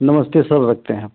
नमस्ते सर रखते हैं